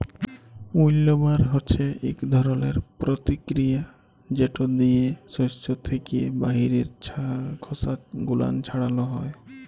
উইল্লবার হছে ইক ধরলের পরতিকিরিয়া যেট দিয়ে সস্য থ্যাকে বাহিরের খসা গুলান ছাড়ালো হয়